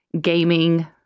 gaming